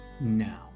now